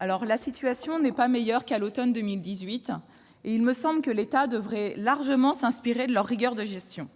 La situation n'est pas meilleure qu'à l'automne 2018. À mon sens, l'État devrait largement s'inspirer de leur rigueur de gestion.